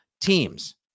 teams